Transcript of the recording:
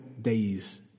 Days